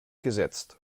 gesetzt